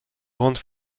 grandes